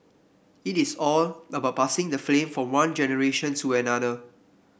it is all about passing the flame from one generation to another